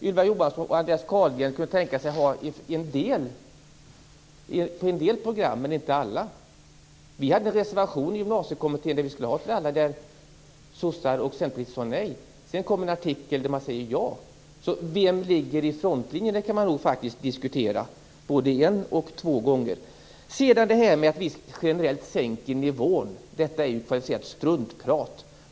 Ylva Johansson och Andreas Carlgren kunde tänka sig att ha denna på en del program men inte på alla. Vi hade en reservation i Gymnasiekommittén om att ha den för alla. Då sade sossar och centerpartister nej. Sedan kom en artikel där man sade ja. Så vem som ligger i frontlinjen kan man faktiskt diskutera både en och två gånger. Sedan till det här med att vi genrellt sänker nivån. Det är ju kvalificerat struntprat.